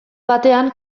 batean